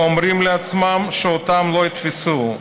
ואומרים לעצמם שאותם לא יתפסו.